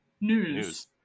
News